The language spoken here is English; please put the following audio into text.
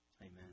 Amen